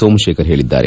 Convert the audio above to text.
ಸೋಮಶೇಖರ್ ಹೇಳಿದ್ದಾರೆ